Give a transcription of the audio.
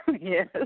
Yes